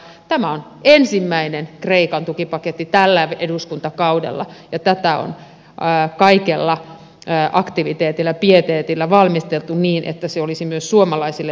tämä on ensimmäinen kreikan tukipaketti tällä eduskuntakaudella ja tätä on kaikella aktiviteetilla pieteetillä valmisteltu niin että se olisi myös suomalaisille mahdollisimman hyvä